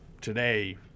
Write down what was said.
today